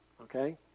okay